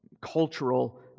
cultural